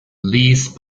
least